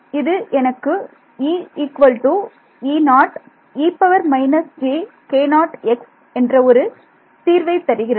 இது எனக்கு என்ற ஒரு தீர்வைத் தருகிறது